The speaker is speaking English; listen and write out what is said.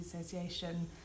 Association